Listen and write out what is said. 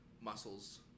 muscles